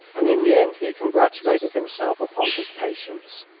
and in the end he congratulated himself upon his patience.